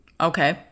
Okay